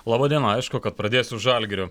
laba diena aišku kad pradėsiu žalgiriu